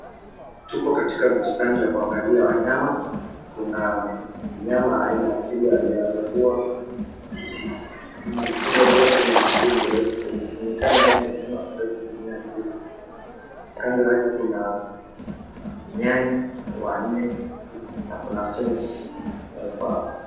Tupo katika bustani la kuangalia wanyama kuna mnyama aina ya twiga aliyekuwa na shingo ndefu na miguu mirefu inasemekana yeye ndo mnyama mrefu dunia nzima, kando yake kuna nyani wanne na kuna fensi imeekwa hapo.